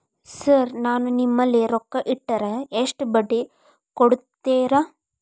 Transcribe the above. Sir ನಾನು ನಿಮ್ಮಲ್ಲಿ ರೊಕ್ಕ ಇಟ್ಟರ ಎಷ್ಟು ಬಡ್ಡಿ ಕೊಡುತೇರಾ?